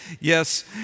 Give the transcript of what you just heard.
Yes